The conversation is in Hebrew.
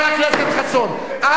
לא בכוחך ולא בכוחי, בכוחו.